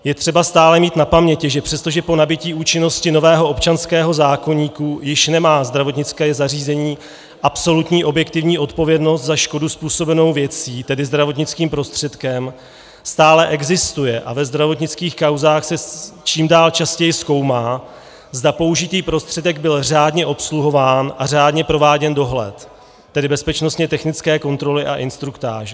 Je třeba stále mít na paměti, že přestože po nabytí účinnosti nového občanského zákoníku již nemá zdravotnické zařízení absolutní objektivní odpovědnost za škodu způsobenou věcí, tedy zdravotnickým prostředkem, stále existuje a ve zdravotnických kauzách se čím dál častěji zkoumá, zda použitý prostředek byl řádně obsluhován a řádně prováděn dohled, tedy bezpečnostně technické kontroly a instruktáže.